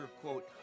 quote